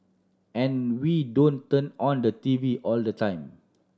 and we don't turn on the T V all the time